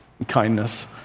kindness